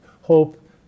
Hope